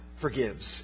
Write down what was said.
forgives